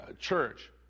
church